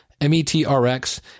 M-E-T-R-X